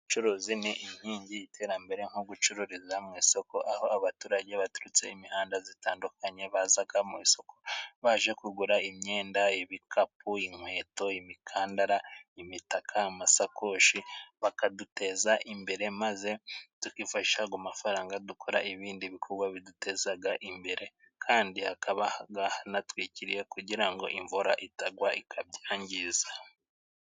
Ubucuruzi ni inkingi y'iterambere nko gucururiza mu isoko aho abaturage baturutse mu mihanda itandukanye baza mu isoko baje kugura imyenda ,ibikapu ,inkweto ,imikandara, imitaka ,amasakoshe ,bakaduteza imbere maze tukifashisha ayo mafaranga dukora ibindi bikorwa biduteza imbere kandi hakaba aha ngaha hatwikiriye kugira ngo imvura itagwa ikabyangiriza.